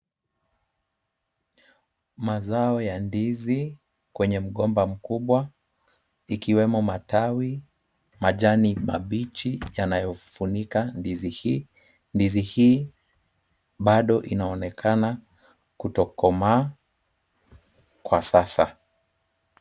Mazao ya ndizi kwenye mgomba mkubwa, ikiwemo matawi, majani mabichi yanayofunika ndizi hii. Ndizi hii bado inaonekana kutokomaa kwa sasa.